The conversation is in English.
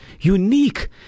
unique